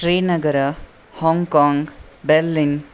Srinagar Hong Kong Berlin